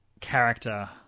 character